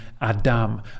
Adam